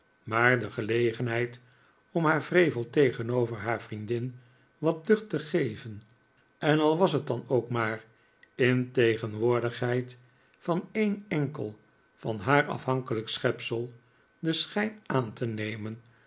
maar de gelegenheid om haar wrevel tegenover haar vriendin wat lucht te geven en al was het dan ook maar in tegenwoordigheid van een enkel van haar afhankelijk schepsel den schijh aan te nemen